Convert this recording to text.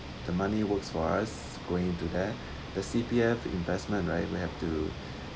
the money works for us going to there the C_P_F investment right we have to